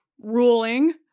ruling